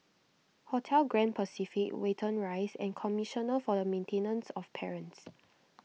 Hotel Grand Pacific Watten Rise and Commissioner for the Maintenance of Parents